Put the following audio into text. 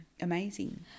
amazing